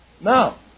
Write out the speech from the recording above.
Now